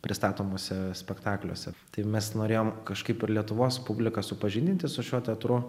pristatomuose spektakliuose tai mes norėjom kažkaip ir lietuvos publiką supažindinti su šiuo teatru